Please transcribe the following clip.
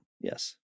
yes